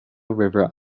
river